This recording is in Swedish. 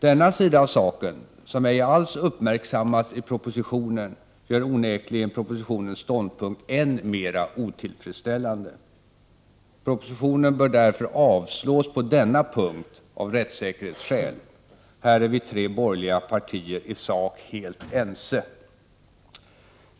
Denna sida av saken — som ej alls uppmärksammats i propositionen — gör onekligen propositionens ståndpunkt än mera otillfredsställande. Propositionen bör därför avslås på denna punkt av rättssäkerhetsskäl. Här är vi i de tre borgerliga partierna i sak helt ense.